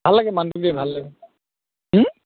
ভাল লাগে মানুহটো দেই ভাল লাগে